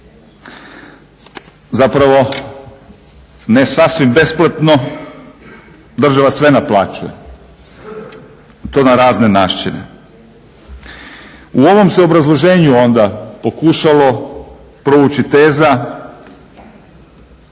Zapravo ne sasvim besplatno, država sve naplaćuje i to na razne načine. U ovom se obrazloženju onda pokušalo provući teza